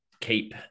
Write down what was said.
keep